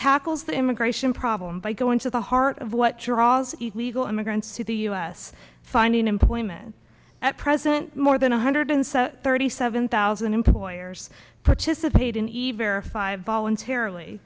tackles the immigration problem by going to the heart of what draws legal immigrants to the us finding employment at present more than one hundred seven thirty seven thousand employers participate in even a five voluntarily